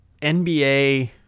NBA